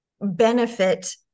benefit